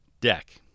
deck